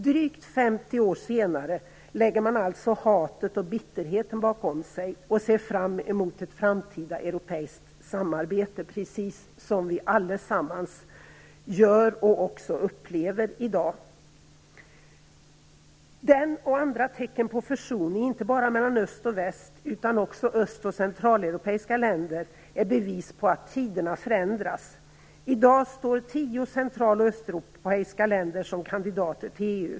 Drygt 50 år senare lägger man alltså hatet och bitterheten bakom sig och ser fram emot ett framtida europeiskt samarbete, precis som vi allesammans gör och också upplever i dag. Detta och andra tecken på försoning inte bara mellan öst och väst utan också öst och centraleuropeiska länder är bevis på att tiderna förändras. I dag står tio central och östeuropeiska länder som kandidater till EU.